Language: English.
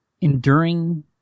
enduring